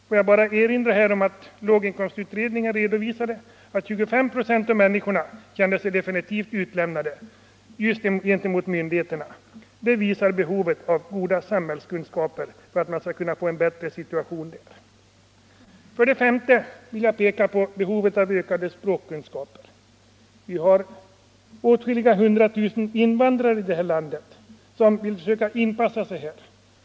Låt mig bara här erinra om att låginkomstutredningen redovisade att 25 9 av människorna kände sig definitivt utlämnade gentemot myndigheterna. Det visar att behovet av goda samhällskunskaper är viktigt. 5. För det femte vill jag peka på behovet av ökade språkkunskaper. Vi har i vårt land åtskilliga hundra tusen invandrare som vill försöka inpassa sig här.